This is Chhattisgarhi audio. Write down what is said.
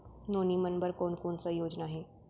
नोनी मन बर कोन कोन स योजना हे?